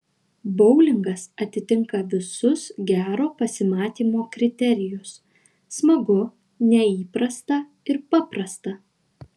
boulingas atitinka visus gero pasimatymo kriterijus smagu neįprasta ir paprasta